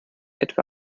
etwa